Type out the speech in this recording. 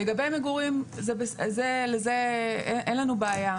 לגבי מגורים עם זה אין לנו בעיה.